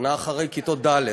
שנה אחרי, כיתות ד'.